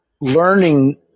learning